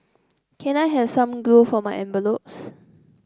can I have some glue for my envelopes